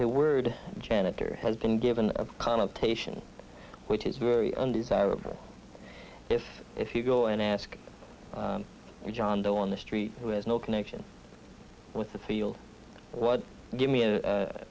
the word janitor has been given a connotation which is very undesirable if if you go and ask john doe on the street who has no connection with the field what give me a